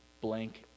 blank